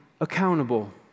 accountable